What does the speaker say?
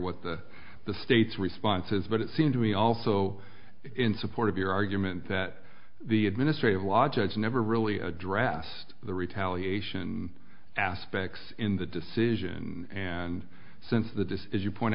what the the state's response is but it seemed to me also in support of your argument that the administrative law judge never really addressed the retaliation aspects in the decision and since the does is you point